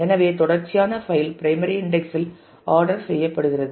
எனவே தொடர்ச்சியான file primary index இல் ஆர்டர்ட் செய்யப்படுகிறது